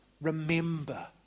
Remember